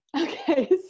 okay